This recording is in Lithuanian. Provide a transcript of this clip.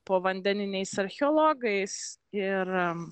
povandeniniais archeologais ir